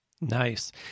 Nice